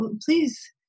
please